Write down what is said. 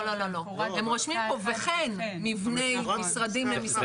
הם רושמים פה וכן מבני משרדים למשרדי הממשלה.